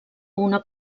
una